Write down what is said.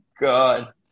God